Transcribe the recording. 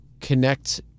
connect